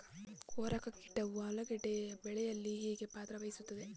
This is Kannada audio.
ಕೊರಕ ಕೀಟವು ಆಲೂಗೆಡ್ಡೆ ಬೆಳೆಯಲ್ಲಿ ಹೇಗೆ ಪಾತ್ರ ವಹಿಸುತ್ತವೆ?